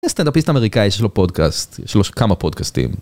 איזה סטנדאפיסט אמריקאי שיש לו פודקאסט, יש לו כמה פודקאסטים.